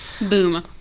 Boom